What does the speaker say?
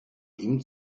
ihm